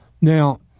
now